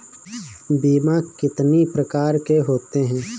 बीमा कितनी प्रकार के होते हैं?